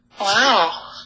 Wow